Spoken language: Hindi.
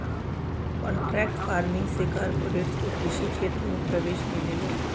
कॉन्ट्रैक्ट फार्मिंग से कॉरपोरेट्स को कृषि क्षेत्र में प्रवेश मिलेगा